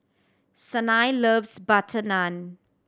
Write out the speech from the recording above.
Sanai loves butter naan